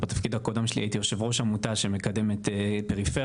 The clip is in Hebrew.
בתפקיד הקודם שלי הייתי יו"ר עמותה שמקדמת פריפריה.